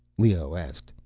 leoh asked,